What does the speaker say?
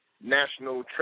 National